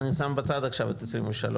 ואני שם בצד עכשיו את 23,